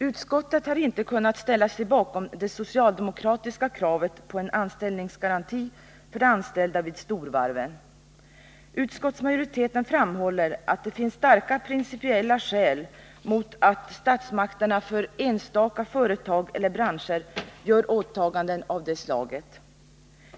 Utskottet har inte kunnat ställa sig bakom det socialdemokratiska kravet på en anställningsgaranti för de anställda vid storvarven. Utskottsmajoriteten framhåller att det finns starka principiella skäl mot att statsmakterna för enstaka företag eller branscher gör åtaganden av det slaget.